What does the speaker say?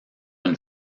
une